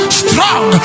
strong